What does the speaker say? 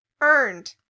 Earned